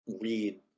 read